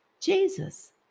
Jesus